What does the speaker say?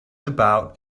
about